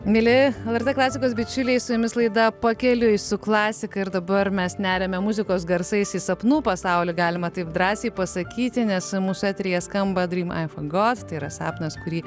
mieli lrt klasikos bičiuliai su jumis laida pakeliui su klasika ir dabar mes neriame muzikos garsais į sapnų pasaulį galima taip drąsiai pasakyti nes mūsų eteryje skamba tai yra sapnas kurį